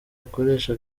akoresha